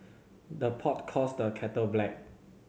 the pot calls the kettle black